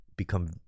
become